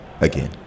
again